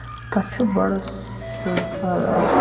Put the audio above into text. تَتھ چھُ بڑٕ سیوٚد سادٕ اکھ